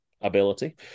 Ability